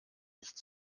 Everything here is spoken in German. nicht